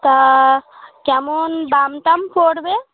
তা কেমন দাম টাম পড়বে